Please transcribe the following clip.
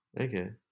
Okay